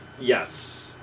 Yes